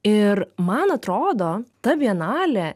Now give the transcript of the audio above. ir man atrodo ta bienalė